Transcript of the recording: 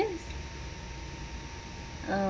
uh